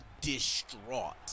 distraught